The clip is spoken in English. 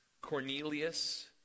Cornelius